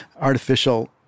Artificial